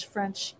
French